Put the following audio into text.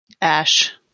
Ash